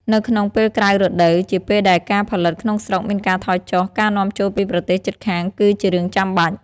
នៅក្នុងពេលក្រៅរដូវ ជាពេលដែលការផលិតក្នុងស្រុកមានការថយចុះ ការនាំចូលពីប្រទេសជិតខាងគឺជារឿងចាំបាច់។